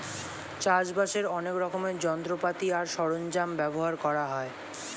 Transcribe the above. চাষবাসের অনেক রকমের যন্ত্রপাতি আর সরঞ্জাম ব্যবহার করা হয়